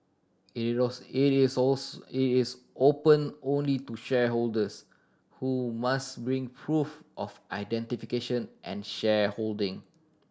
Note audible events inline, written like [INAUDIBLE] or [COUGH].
it [UNINTELLIGIBLE] it is [UNINTELLIGIBLE] it is open only to shareholders who must bring proof of identification and shareholding